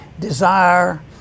desire